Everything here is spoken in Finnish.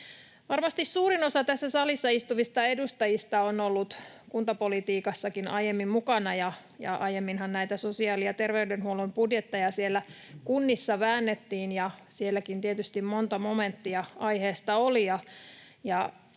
Varmasti suurin osa tässä salissa istuvista edustajista on ollut kuntapolitiikassakin aiemmin mukana, ja aiemminhan näitä sosiaali- ja terveydenhuollon budjetteja siellä kunnissa väännettiin. Sielläkin tietysti monta momenttia aiheesta oli,